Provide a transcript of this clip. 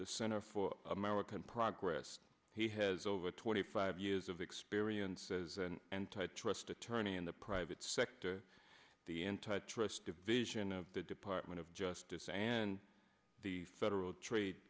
the center for american progress he has over twenty five years of experience as an antitrust attorney in the private sector the antitrust division of the department of justice and the federal trade